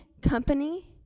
company